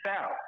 South